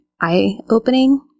eye-opening